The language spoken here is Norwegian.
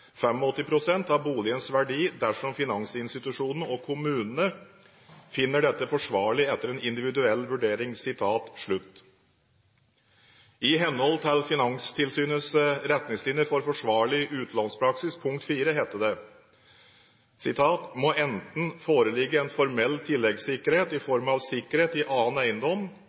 av boligens verdi, dersom finansinstitusjonene og kommunene finner dette forsvarlig etter en individuell vurdering». I henhold til Finanstilsynets retningslinjer for forsvarlig utlånspraksis punkt 4 heter det at det «må enten foreligge en formell tilleggssikkerhet i form av sikkerhet i annen eiendom,